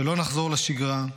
שלא נחזור לשגרה,